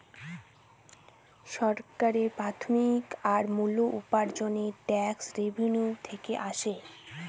সরকারের প্রাথমিক আর মূল উপার্জনের উপায় ট্যাক্স রেভেনিউ থেকে আসে